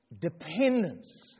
dependence